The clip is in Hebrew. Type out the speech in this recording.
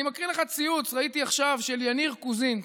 אני מקריא לך ציוץ שראיתי עכשיו של יניר קוזין.